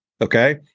Okay